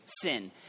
Sin